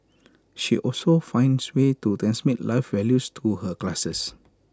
she also finds ways to transmit life values through her classes